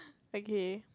okay